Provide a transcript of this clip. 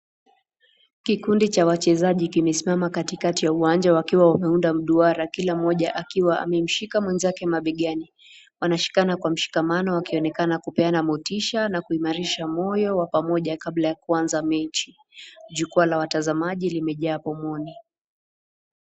Kikundi cha wachezaji kimesimama kati kati ya uwanja wakiwa wameunda mduara kila mmoja akiwa amemshika mwenzake mabegani. Wanashikana kwa mshikamano wakionekana kupeana motisha na kuimarisha moyo wa pamoja kabla ya kuanza mechi. Jukwaa la watazamaji limejaa pomoni .